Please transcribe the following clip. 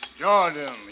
Jordan